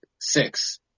six